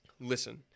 Listen